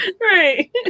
Right